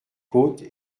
côtes